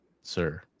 sir